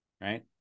Right